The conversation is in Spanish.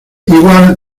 igual